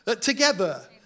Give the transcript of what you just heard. together